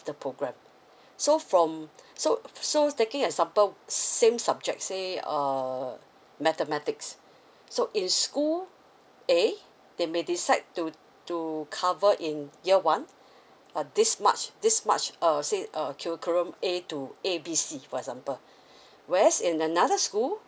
the program so from so so taking example same subject say uh mathematics so in school A they may decide to to cover in year one uh this much this much uh say uh curriculum A to A B C for example whereas in another school